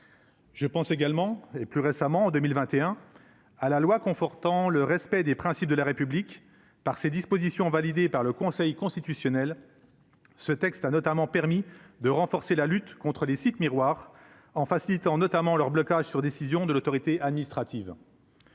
je pense également, et plus récemment en 2021 à la loi, confortant le respect des principes de la République par ces dispositions validées par le Conseil constitutionnel, ce texte a notamment permis de renforcer la lutte contre les sites miroirs en facilitant notamment leur blocage sur décision de l'autorité administrative.